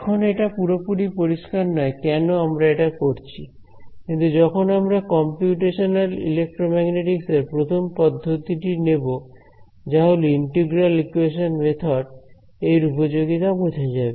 এখনো এটা পুরোপুরি পরিষ্কার নয় কেন আমরা এটা করছি কিন্তু যখন আমরা কম্পিউটেশনাল ইলেক্ট্রোম্যাগনেটিকস এর প্রথম পদ্ধতি টি নেব যা হলো ইন্টিগ্রাল ইকুয়েশন মেথড এর উপযোগিতা বোঝা যাবে